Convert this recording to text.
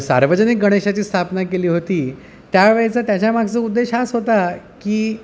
सार्वजनिक गणेशाची स्थापना केली होती त्यावेळचा त्याच्या मागचा उद्देश हाच होता की